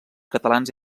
catalans